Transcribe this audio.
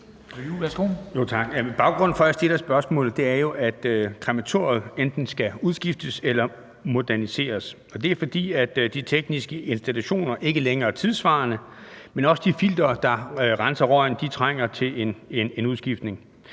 Baggrunden for, at jeg stiller spørgsmålet, er jo, at krematoriet enten skal udskiftes eller moderniseres. Og det er, fordi de tekniske installationer ikke længere er tidssvarende, men også fordi de filtre, der renser røgen, trænger til en udskiftning.